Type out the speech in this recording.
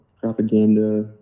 propaganda